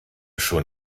schon